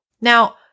Now